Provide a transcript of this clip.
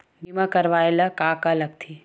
बीमा करवाय ला का का लगथे?